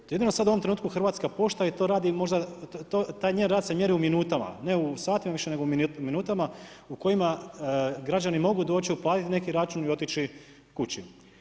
To je jedino sada u ovom trenutku Hrvatska pošta i taj njen rad se mjeri u minutama, ne u satima više, nego u minutama u kojima građani mogu doći, uplatiti neki račun i otići kući.